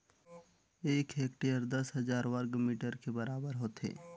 एक हेक्टेयर दस हजार वर्ग मीटर के बराबर होथे